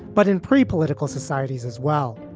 but in pretty political societies as well,